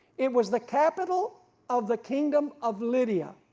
it was the capital of the kingdom of lydia,